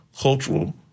cultural